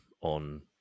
on